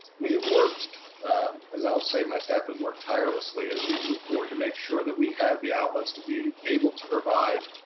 we have worked as i'll say, my staff has worked tirelessly as we've moved forward to make sure that we have the outlets to be able to provide